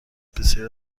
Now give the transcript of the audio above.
بسیار